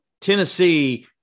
Tennessee